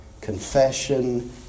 confession